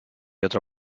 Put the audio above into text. otro